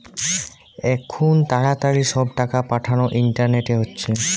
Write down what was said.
আখুন তাড়াতাড়ি সব টাকা পাঠানা ইন্টারনেটে হচ্ছে